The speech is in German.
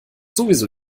sowieso